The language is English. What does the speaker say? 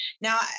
now